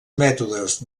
mètodes